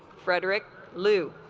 frederick lu